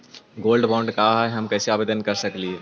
Gold bond का है, हम कैसे आवेदन कर सकली ही?